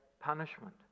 punishment